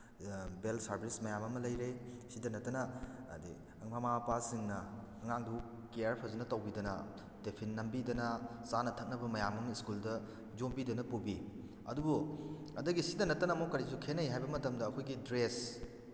van service ꯃꯌꯥꯝ ꯑꯃ ꯂꯩꯔꯦ ꯑꯁꯤꯇ ꯅꯠꯇꯅ ꯑꯗꯨꯗꯩ ꯃꯃꯥ ꯃꯄꯥꯁꯤꯡꯅ ꯑꯉꯥꯡꯕꯨ ꯀꯤꯌꯥꯔ ꯐꯖꯅ ꯇꯧꯕꯤꯗꯅ ꯇꯦꯐꯤꯟ ꯅꯝꯕꯤꯗꯅ ꯆꯥꯅ ꯊꯛꯅꯕ ꯃꯌꯥꯝ ꯑꯃ ꯏꯁꯀꯨꯜꯗ ꯌꯣꯝꯕꯤꯗꯅ ꯄꯨꯕꯤ ꯑꯗꯨꯕꯨ ꯑꯗꯨꯗꯒꯤ ꯑꯁꯤꯇ ꯅꯠꯇꯅ ꯑꯃꯨꯛ ꯀꯔꯤꯁꯨ ꯈꯦꯅꯩ ꯍꯥꯏꯕ ꯃꯇꯝꯗ ꯑꯩꯈꯣꯏꯒꯤ ꯗ꯭ꯔꯦꯁ